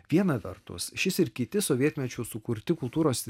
viena vertus šis ir kiti sovietmečiu sukurti kultūros